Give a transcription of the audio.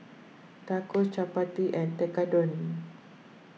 Tacos Chapati and Tekkadon